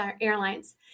Airlines